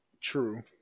True